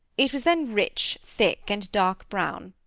it was then rich, thick, and dark-brown.